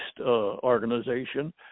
organization